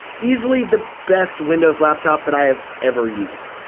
easily the best windows laptop that i have ever used,